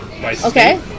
Okay